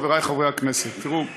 חבר הכנסת נחמן שי, בבקשה.